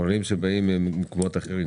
עולים שבאים ממקומות אחרים,